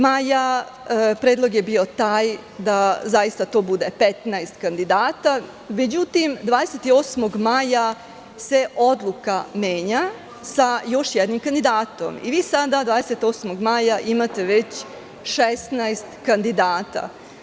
maja, predlog je bio taj da zaista to bude 15 kandidata, međutim 28. maja se odluka menja sa još jednim kandidatom i vi sada 28. maja imate već 16 kandidata.